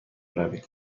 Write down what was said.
برویم